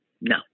No